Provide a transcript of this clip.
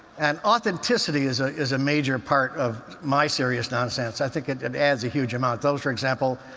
and authenticity is ah is a major part of my serious nonsense. i think it and adds a huge amount. those, for example,